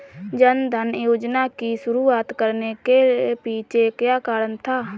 जन धन योजना की शुरुआत करने के पीछे क्या कारण था?